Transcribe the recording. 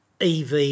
EV